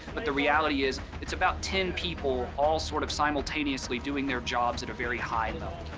but the reality is it's about ten people all sort of simultaneously doing their jobs at a very high level,